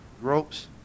ropes